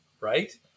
right